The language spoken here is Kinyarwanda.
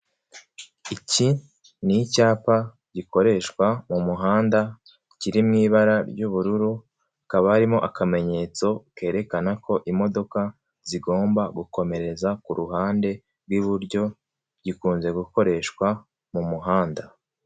Iki ni icyapa gikoreshwa mu muhanda kiri mu ibara ry'ubururu, hakaba harimo akamenyetso kerekana ko imodoka zigomba gukomereza ku ruhande rw'iburyo, gikunze gukoreshwa mu muhanda.